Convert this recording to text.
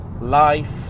life